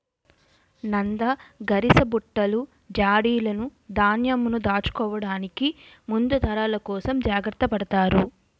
నంద, గరిసబుట్టలు, జాడీలును ధాన్యంను దాచుకోవడానికి ముందు తరాల కోసం జాగ్రత్త పడతారు